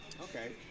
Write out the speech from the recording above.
Okay